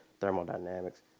thermodynamics